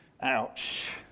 Ouch